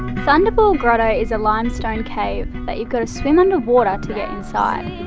thunderball grotto is a limestone cave that you got to swim underwater to get inside.